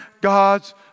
God's